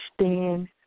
Stand